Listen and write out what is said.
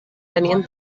tenien